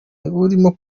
urimo